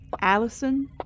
Allison